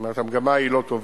זאת אומרת, המגמה היא לא טובה.